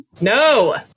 No